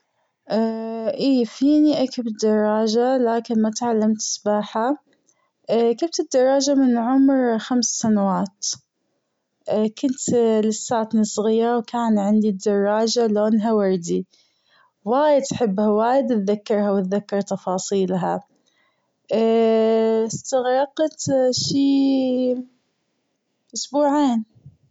أي فيني أركب الدراجة لكن ما تعلمت السباحة ركبت الدراجة من عمر خمس سنوات كنت لساتني صغيرة وكان عندي دراجة لونها وردي وايد حبها و وايد أتذكرها وأتذكر تفاصيلها أستغرقت شي أسبوعين.